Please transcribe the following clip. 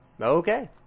Okay